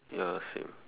ya same